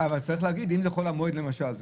אם זה חול המועד למשל,